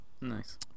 Nice